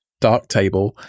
Darktable